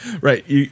Right